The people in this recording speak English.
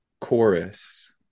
chorus